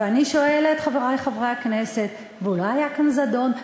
ואני שואלת, חברי חברי הכנסת: ואולי היה כאן זדון?